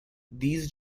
these